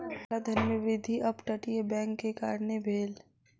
काला धन में वृद्धि अप तटीय बैंक के कारणें भेल